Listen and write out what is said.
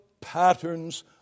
patterns